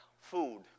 food